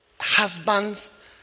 husbands